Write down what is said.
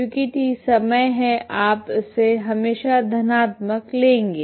क्योंकि t समय है आप इसे हमेशा धनात्मक लेंगे